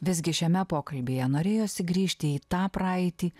visgi šiame pokalbyje norėjosi grįžti į tą praeitį